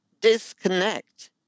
disconnect